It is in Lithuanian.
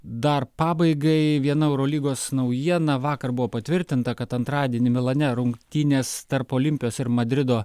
dar pabaigai viena eurolygos naujiena vakar buvo patvirtinta kad antradienį milane rungtynės tarp olimpijos ir madrido